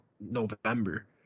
November